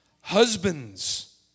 Husbands